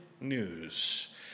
news